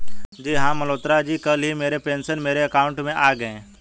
जी हां मल्होत्रा जी कल ही मेरे पेंशन मेरे अकाउंट में आ गए